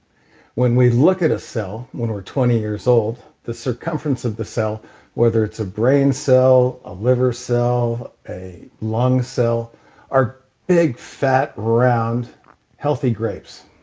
when we look at a cell when we're twenty years old, the circumference of the cell whether it's a brain cell, a liver cell, a lung cell are big fat round healthy grapes